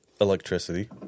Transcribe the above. electricity